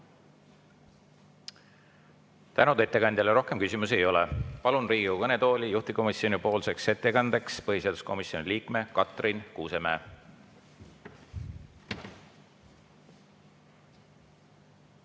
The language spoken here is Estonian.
Tänud ettekandjale! Rohkem küsimusi ei ole. Palun Riigikogu kõnetooli juhtivkomisjoni ettekandeks põhiseaduskomisjoni liikme Katrin Kuusemäe.